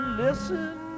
listen